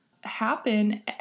happen